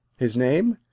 his name?